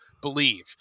believe